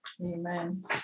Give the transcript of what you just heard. Amen